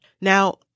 Now